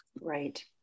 Right